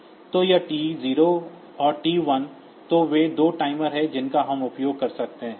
तो यह T 0 और T 1 तो वे 2 टाइमर हैं जिनका हम उपयोग कर सकते हैं